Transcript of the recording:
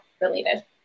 related